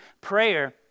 Prayer